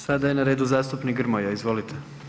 Sada je na redu zastupnik Grmoja, izvolite.